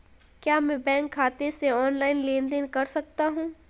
क्या मैं बैंक खाते से ऑनलाइन लेनदेन कर सकता हूं?